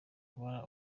ubara